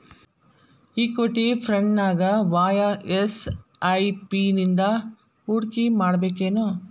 Equity ಫ್ರಂಟ್ನ್ಯಾಗ via SIP ನಿಂದಾ ಹೂಡ್ಕಿಮಾಡ್ಬೆಕೇನು?